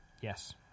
Yes